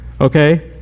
Okay